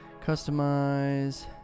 customize